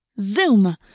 Zoom